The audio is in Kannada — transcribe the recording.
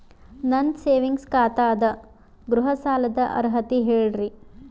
ನನ್ನ ಸೇವಿಂಗ್ಸ್ ಖಾತಾ ಅದ, ಗೃಹ ಸಾಲದ ಅರ್ಹತಿ ಹೇಳರಿ?